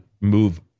move